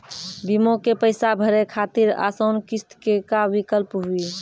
बीमा के पैसा भरे खातिर आसान किस्त के का विकल्प हुई?